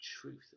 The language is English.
truth